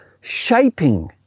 shaping